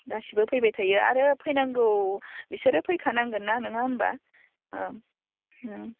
गासैबो फैबाय थायो आरो फैनांगौ बिसोरो फैखानांगोनना नङा होनबा